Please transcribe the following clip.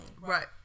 Right